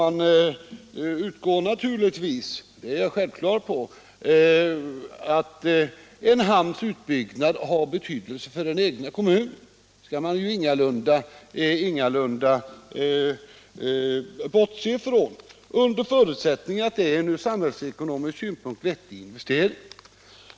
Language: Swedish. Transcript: Man utgår naturligtvis från att en hamns utbyggnad har betydelse för den egna kommunen. Man skall ingalunda bortse från den saken under förutsättning av att det är en från samhällsekonomisk synpunkt vettig investering.